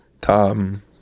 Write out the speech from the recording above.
Tom